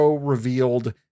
revealed